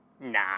Nah